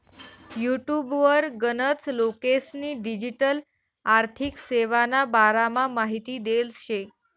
युटुबवर गनच लोकेस्नी डिजीटल आर्थिक सेवाना बारामा माहिती देल शे